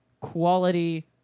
quality